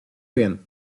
bien